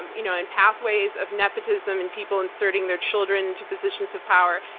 and you know in pathways of nepotism and people inserting their children into positions of power,